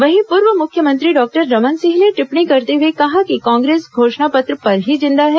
वहीं पूर्व मुख्यमंत्री डॉक्टर रमन सिंह ने टिप्पणी करते हुए कहा कि कांग्रेस घोषणा पत्र पर ही जिंदा है